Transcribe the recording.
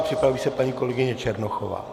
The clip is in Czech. Připraví se paní kolegyně Černochová.